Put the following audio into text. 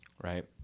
right